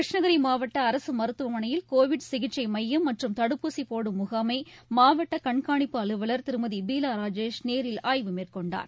கிருஷ்ணகிரி மாவட்ட அரசு மருத்துவமனையில் கோவிட் சிகிச்சை மையம் மற்றும் தடுப்பூசி போடும் முகாமை மாவட்ட கண்காணிப்பு அலுவலர் திருமதி பீலா ராஜேஷ் நேரில் ஆய்வு மேற்கொண்டார்